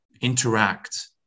interact